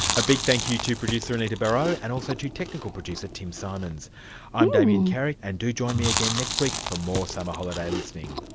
a big thank you to producer anita barraud and also to technical producer tim symonds i'm damien carrick and join me again next week for more summer holiday listening.